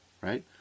right